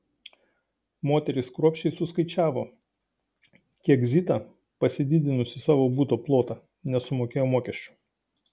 moterys kruopščiai suskaičiavo kiek zita pasididinusi savo buto plotą nesumokėjo mokesčių